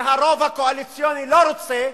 והרוב הקואליציוני לא רוצה,